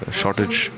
shortage